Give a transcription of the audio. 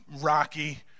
rocky